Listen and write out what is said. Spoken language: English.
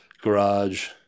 garage